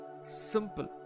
Simple